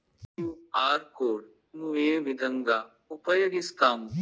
QR code ను ఏ విధంగా ఉపయగిస్తాము?